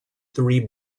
three